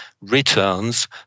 returns